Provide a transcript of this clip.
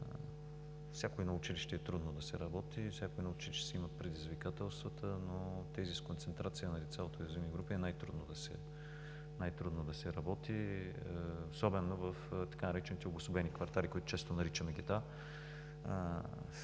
всяко едно училище е трудно да се работи, всяко едно училище си има предизвикателствата, но в тези с концентрация на деца от уязвими групи е най-трудно да се работи, особено в така наречените обособени квартали, които често наричаме гета.